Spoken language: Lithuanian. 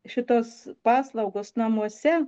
šitos paslaugos namuose